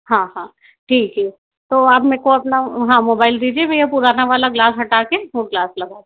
हाँ हाँ ठीक है तो आप मेको अपना हाँ मोबाइल दीजिए मैं ये पुराना वाला ग्लास हटा के वो ग्लास लगा